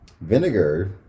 vinegar